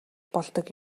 болдог